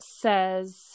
says